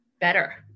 better